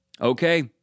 Okay